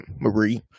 Marie